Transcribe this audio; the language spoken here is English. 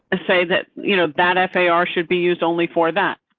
ah say that you know that f a. r should be used only for that.